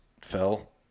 fell